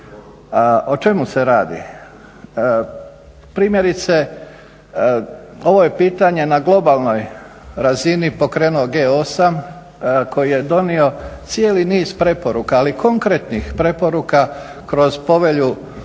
O čemu se radi? Primjerice ovo je pitanje na globalnoj razini pokrenuo G8 koji je donio cijeli niz preporuka, ali konkretnih preporuka kroz Povelju